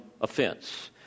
offense